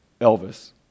Elvis